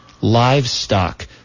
livestock